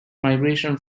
migration